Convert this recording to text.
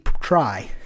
try